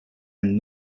and